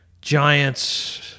Giants